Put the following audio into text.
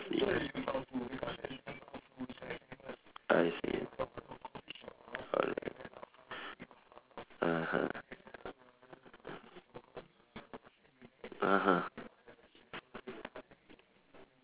I see ah (uh huh) (uh huh)